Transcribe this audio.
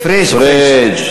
פריג'.